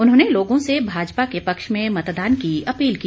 उन्होंने लोगों से भाजपा के पक्ष में मतदान की अपील की